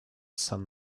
sun